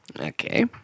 Okay